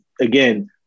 again